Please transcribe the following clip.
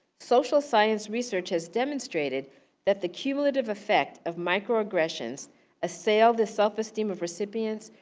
social science research has demonstrated that the cumulative effect of micro-aggressions assail the self esteem of recipients.